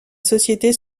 société